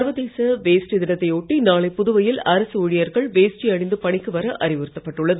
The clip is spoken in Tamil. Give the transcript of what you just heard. சர்வதேச வேஷ்டி தினத்தை ஒட்டி நாளை புதுவையில் அரசு ஊழியர்கள் வேஷ்டி அணிந்து பணிக்கு வர அறிவுறுத்தப்பட்டுள்ளது